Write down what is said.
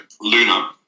Luna